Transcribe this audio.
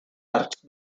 arcs